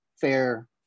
fair